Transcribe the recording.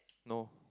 no